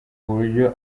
buryo